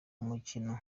umukino